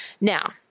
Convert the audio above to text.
Now